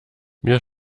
mir